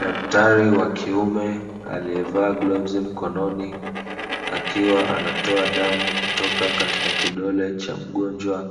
Dakitari wa kiume aliyevaa glavu mikononi akiwa anatoa damu katika kidole cha mgonjwa